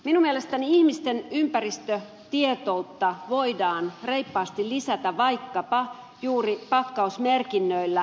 minun mielestäni ihmisten ympäristötietoutta voidaan reippaasti lisätä vaikkapa juuri pakkausmerkinnöillä